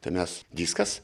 tai mes viskas